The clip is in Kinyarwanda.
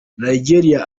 nigeriya